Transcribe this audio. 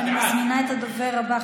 ואני מזמינה את הדובר הבא,